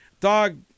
dog